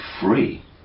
free